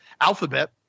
Alphabet